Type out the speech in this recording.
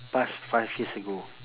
past five years ago